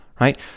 right